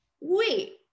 wait